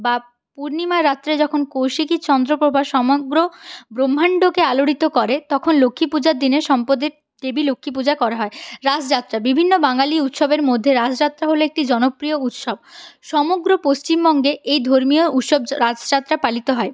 বা পূর্ণিমার রাত্রে যখন কৌশিকী চন্দ্রপ্রভা সমগ্র ব্রক্ষ্মান্ডকে আলোড়িত করে তখন লক্ষ্মী পূজার দিনে সম্পদের দেবী লক্ষ্মী পূজা করা হয় রাস যাত্রা বিভিন্ন বাঙালি উৎসবের মধ্যে রাস যাত্রা হলো একটি জনপ্রিয় উৎসব সমগ্র পশ্চিমবঙ্গে এই ধর্মীয় উৎসব রাস যাত্রা পালিত হয়